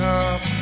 up